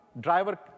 driver